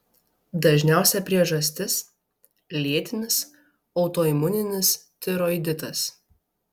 dažniausia priežastis lėtinis autoimuninis tiroiditas